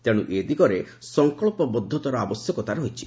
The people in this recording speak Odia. ତେଣୁ ଏ ଦିଗରେ ସଂକଳ୍ପବଦ୍ଧତାର ଆବଶ୍ୟକତା ରହିଛି